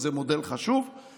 זה מודל חשוב,